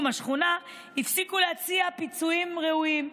השכונה הפסיקו להציע פיצויים ראויים לתושבים,